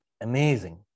amazing